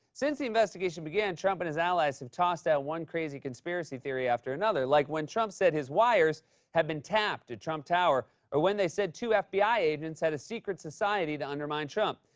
since the investigation began, trump and his allies have tossed out one crazy conspiracy theory after another, like when trump said his wires had been tapped at trump tower or when they said two fbi agents had a secret society to undermine trump.